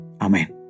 Amen